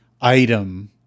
item